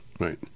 Right